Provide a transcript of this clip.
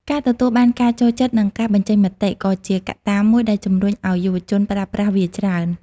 ការទទួលបានការចូលចិត្តនិងការបញ្ចេញមតិ ក៏ជាកត្តាមួយដែលជំរុញឱ្យយុវជនប្រើប្រាស់វាច្រើន។